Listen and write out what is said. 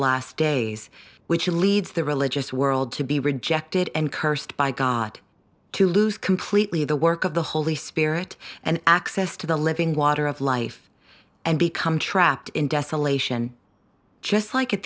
last days which leads the religious world to be rejected and cursed by god to lose completely the work of the holy spirit and access to the living water of life and become trapped in desolation just like at